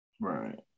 Right